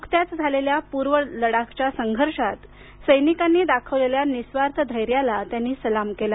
नुकत्याच झालेल्या पूर्व लडाखच्या संघर्षात सैनिकांनी दाखवलेल्या निःस्वार्थ धैर्याला त्यांनी सलाम केला